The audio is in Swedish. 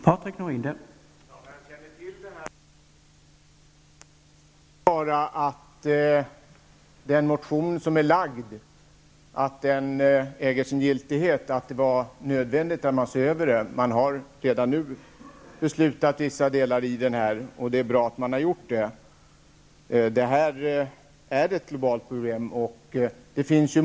Herr talman! Jag känner till detta, och det bevisar bara att den motion som är väckt äger sin giltighet och att det var nödvändigt med en översyn. Vissa delar har man redan fattat beslut om, och det är bra. Detta är ett globalt problem.